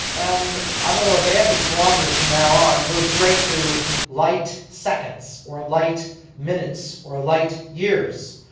and i'm going to abandon kilometres from now on and move straight to light seconds or a light minutes or light years.